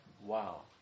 wow